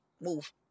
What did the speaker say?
Move